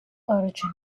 origin